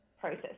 process